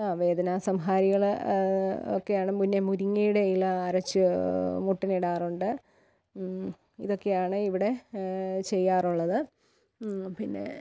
ആ വേദന സംഹാരികൾ ഒക്കെയാണ് പിന്നെ മുരിങ്ങയുടെ ഇല അരച്ച് മുട്ടിന് ഇടാറുണ്ട് ഇതൊക്കെയാണ് ഇവിടെ ചെയ്യാറുള്ളത് പിന്നെ